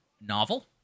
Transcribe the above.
novel